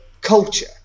culture